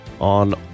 on